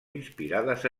inspirades